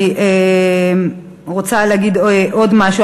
אני רוצה להגיד עוד משהו.